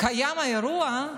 שקיים אירוע,